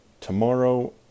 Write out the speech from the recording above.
tomorrow